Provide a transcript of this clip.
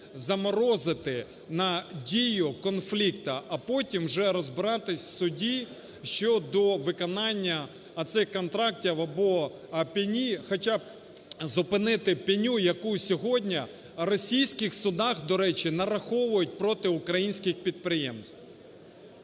заморозити на дію конфлікту. А потім вже розбиратися в суді щодо виконання оцих контрактів або пені, хоча б зупинити пеню, яку сьогодні в російських судах, до речі, нараховують проти українських підприємств.